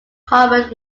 covered